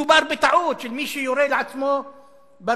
מדובר בטעות של מי שיורה לעצמו ברגל.